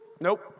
Nope